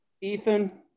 Ethan